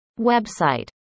website